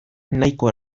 nahiko